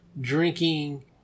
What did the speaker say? drinking